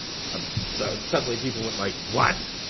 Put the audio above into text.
um so suddenly people went like what?